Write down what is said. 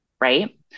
right